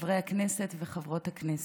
חברי הכנסת וחברות הכנסת,